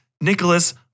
Nicholas